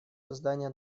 создание